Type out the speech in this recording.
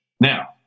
Now